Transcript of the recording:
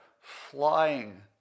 flying